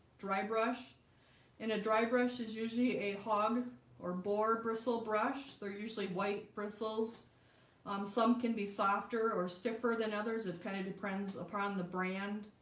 dry brush and a dry brush is usually a hog or boar bristle brush. they're usually white bristles um some can be softer or stiffer than others. it kind of depends upon the brand.